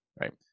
right